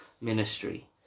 ministry